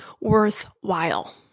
worthwhile